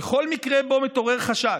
"בכל מקרה בו מתעורר חשש"